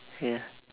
ya